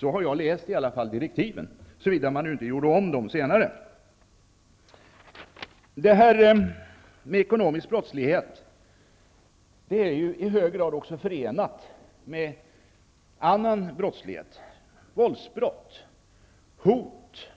Sådana var i alla fall direktiven, såvida de inte har gjorts om sedan jag läste dem. Ekonomisk brottslighet är i hög grad också förenad med annan brottslighet, som våldsbrott och olaga hot.